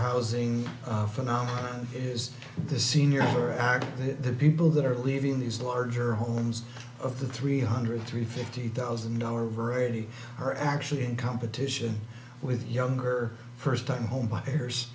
housing phenomenon is the senior act the people that are living in these larger homes of the three hundred three fifty thousand dollar variety are actually in competition with younger first time home buyers